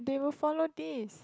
they will follow this